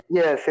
yes